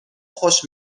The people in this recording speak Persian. خوش